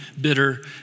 bitter